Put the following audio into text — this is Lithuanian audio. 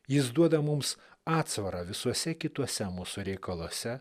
jis duoda mums atsvarą visuose kituose mūsų reikaluose